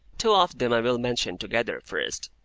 two of them i will mention together, first.